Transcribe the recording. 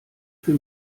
für